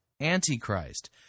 Antichrist